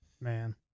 Man